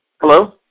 Hello